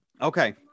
Okay